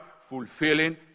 fulfilling